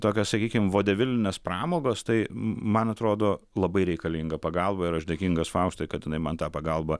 tokio sakykime vodevilinės pramogos tai man atrodo labai reikalinga pagalba ir aš dėkingas faustai kad jinai man tą pagalbą